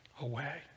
away